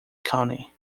county